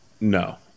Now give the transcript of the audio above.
No